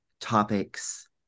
topics